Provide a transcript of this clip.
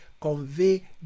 convey